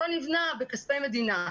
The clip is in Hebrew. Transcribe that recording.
לא נבנה בכספי מדינה.